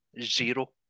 zero